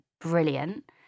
brilliant